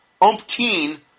umpteen